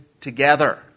together